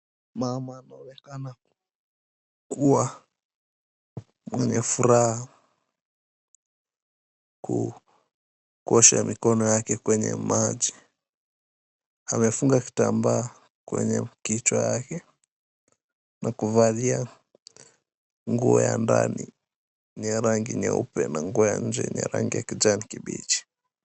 Mama anaonekana kuwa mwenye furaha kuu, kuosha mikono yake kwenye maji. Amefunga kitambaa kwenye kichwa yake na kuvalia nguo ya ndani ni ya rangi nyeupe na nguo ya nje ni ya rangi ya kijani kibichi.